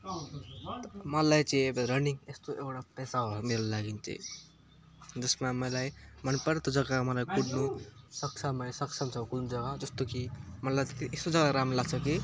मलाई चाहिँ अब रनिङ यस्तो एउटा पेसा हो मेरो लागि चाहिँ जसमा मलाई मन पर्दो जग्गामा मलाई कुद्नु सक्षम मलाई सक्षम छ कुन जग्गा हो जस्तो कि मलाई त्यति यस्तो जग्गा राम्रो लाग्छ कि